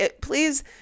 please